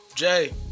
Jay